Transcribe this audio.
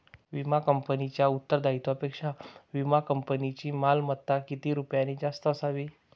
विमा कंपनीच्या उत्तरदायित्वापेक्षा विमा कंपनीची मालमत्ता किती रुपयांनी जास्त असावी?